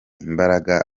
imbaraga